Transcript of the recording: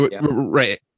Right